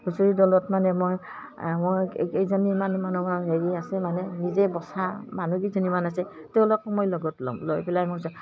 হুচৰি দলত মানে মই মই কেইজনীমান মানুহৰ হেৰি আছে মানে নিজে বচা মানুহকেইজনীমান আছে তেওঁলোকক মই লগত ল'ম লৈ পেলাই মই